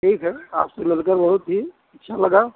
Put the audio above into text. ठीक है आपसे मिलकर बहुत ही अच्छा लगा